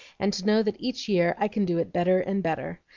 and to know that each year i can do it better and better.